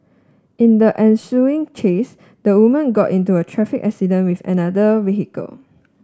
in the ensuing chase the woman got into a traffic accident with another vehicle